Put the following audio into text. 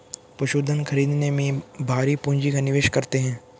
पशुधन खरीदने में भारी पूँजी का निवेश करते हैं